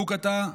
בוקעאתא,